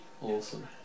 Awesome